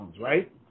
right